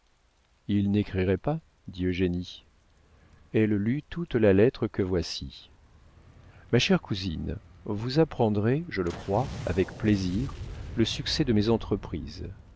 il n'écrirait pas dit eugénie elle lut toute la lettre que voici ma chère cousine vous apprendrez je le crois avec plaisir le succès de mes entreprises